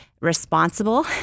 responsible